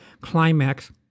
climax